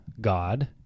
God